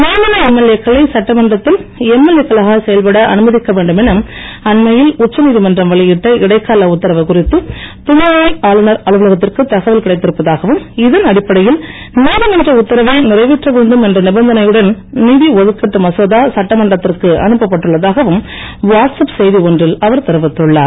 நியமன எம்எல்ஏ க்களை சட்டமன்றத்தில் எம்எல்ஏ க்களாக செயல்பட அனுமதிக்க வேண்டும் என அண்மையில் உச்சநீதிமன்றம் வெளியிட்ட இடைக்கால உத்தரவு குறித்து துணைநிலை ஆளுநர் அலுவலகத்திற்கு தகவல் இடைத்திருப்பதாகவும் இதன் அடிப்படையில் நீதிமன்ற உத்தரவை நிறைவேற்ற வேண்டும் என்ற நிபந்தனையுடன் ந்தி ஒதுக்கிட்டு மசோதா சட்டமன்றத்திற்கு அனுப்பப்பட்டுள்ள தாகவும் வாட்ஸ் ஆப் செய்தி ஒன்றில் அவர் தெரிவித்துள்ளார்